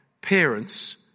parents